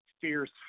Fierce